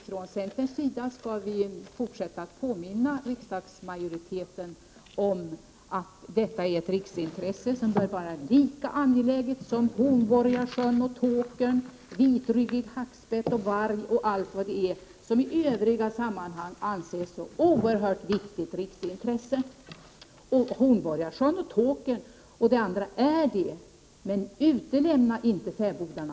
Från centerns sida skall vi fortsätta att påminna riksdagsmajoriteten om att detta är ett riksintresse, som bör vara lika angeläget som Hornborgasjön, Tåkern, vitryggig hackspett, varg och allt annat som anses vara så oerhört viktiga riksintressen. De är viktiga, men utelämna inte fäbodarna!